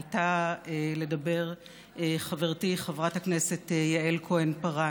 עלתה לדבר חברתי חברת הכנסת יעל כהן-פארן.